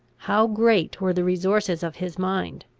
how great were the resources of his mind,